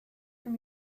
from